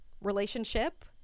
relationship